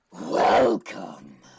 welcome